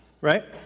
right